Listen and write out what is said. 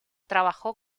trabajó